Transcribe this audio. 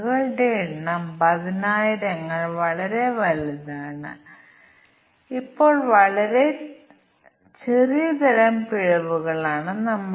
കൂടുതൽ സങ്കീർണമായ പ്രശ്നങ്ങളുണ്ടെങ്കിൽ നമുക്ക് ഒന്നിലധികം തലത്തിലുള്ള ഇന്റർമീഡിയറ്റ് നോഡുകൾ ഉണ്ടായേക്കാം